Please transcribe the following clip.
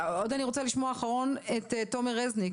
אני רוצה לשמוע את תומר רזניק,